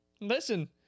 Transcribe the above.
listen